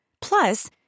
Plus